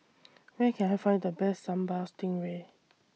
Where Can I Find The Best Sambal Stingray